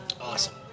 awesome